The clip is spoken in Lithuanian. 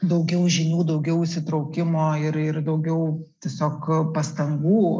daugiau žinių daugiau įsitraukimo ir ir daugiau tiesiog pastangų